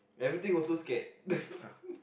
everything also scared